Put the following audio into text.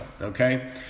okay